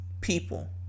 people